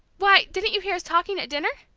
why, didn't you hear us talking at dinner?